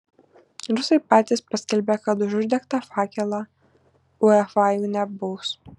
rusai patys paskelbė kad už uždegtą fakelą uefa jų nebaus